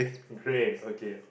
great okay